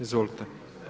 Izvolite.